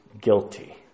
guilty